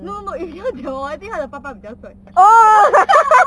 no no no it's damn drama I think 他的爸爸比较帅